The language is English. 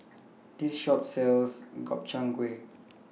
This Shop sells Gobchang Gui